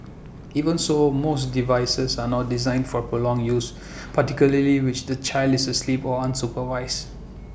even so most devices are not designed for prolonged use particularly which the child is sleep or unsupervised